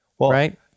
Right